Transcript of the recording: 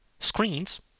screens